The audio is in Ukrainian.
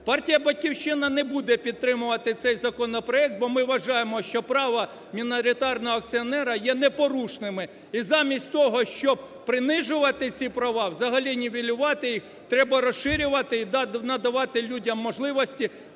Партія "Батьківщина" не буде підтримувати цей законопроект, бо, ми вважаємо, що право міноритарного акціонера є непорушними. І замість того, щоб принижувати ці права, взагалі нівелювали їх, треба розширювати і надавати людям можливості